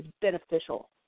beneficial